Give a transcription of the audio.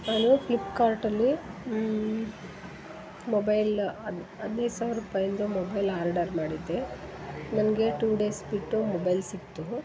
ನಾನು ಫ್ಲಿಪ್ಕಾರ್ಟಲ್ಲಿ ಮೊಬೈಲ ಹದಿನೈದು ಸಾವಿರ ರೂಪಾಯಿಂದು ಮೊಬೈಲ್ ಆರ್ಡರ್ ಮಾಡಿದ್ದೆ ನನಗೆ ಟೂ ಡೇಸ್ ಬಿಟ್ಟು ಮೊಬೈಲ್ ಸಿಕ್ಕಿತು